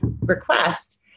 request